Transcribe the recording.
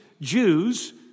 Jews